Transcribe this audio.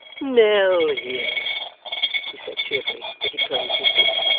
nell here he said cheerfully, as he closed his book.